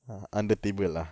ah under table ah